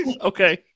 Okay